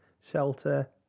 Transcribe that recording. shelter